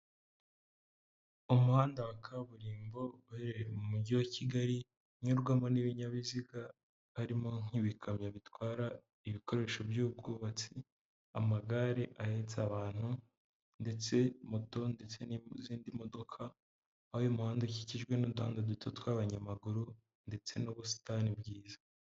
Umuhanda wa kaburimbo uherereye mu mujyi wa Kigali unyurwamo n'ibinyabiziga harimo nk'ibikamyo bitwara ibikoresho by'ubwubatsi, amagare ahetse abantu ndetse moto ndetse n'izindi modoka, aho uyu muhanda ikikijwe n'uduhanda duto tw'abanyamaguru ndetse n'ubusitani bwiza.